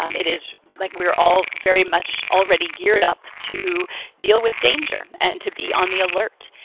um it is like we are all very much already geared up to deal with danger and to be on the alert,